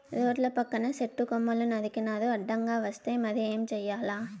రోడ్ల పక్కన సెట్టు కొమ్మలు నరికినారు అడ్డంగా వస్తే మరి ఏం చేయాల